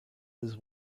was